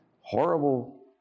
horrible